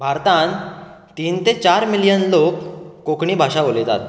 भारतांत तीन ते चार मिलीयन लोक कोंकणी भाशा उलयतात